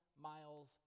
miles